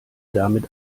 damit